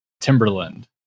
Timberland